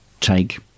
take